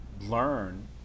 learn